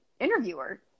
interviewer